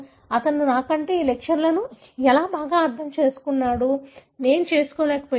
అతను నా కంటే ఈ లెక్చర్లను బాగా అర్థం చేసుకున్నాడు నేను చేసుకోలేకపోయాను